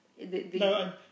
No